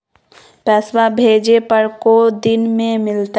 पैसवा भेजे पर को दिन मे मिलतय?